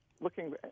looking